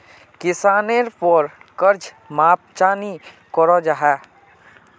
किसानेर पोर कर्ज माप चाँ नी करो जाहा?